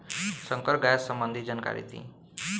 संकर गाय संबंधी जानकारी दी?